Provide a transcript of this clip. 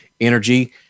energy